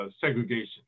segregation